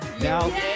Now